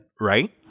right